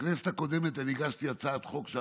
ואני רוצה שתצטרף איתי לעוד דבר: בכנסת הקודמת הגשתי הצעת חוק,